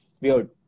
weird